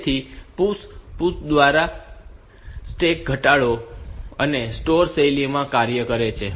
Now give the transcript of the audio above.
તેથી PUSH દરમ્યાન stack ઘટાડો અને સ્ટોર શૈલીમાં કાર્ય કરે છે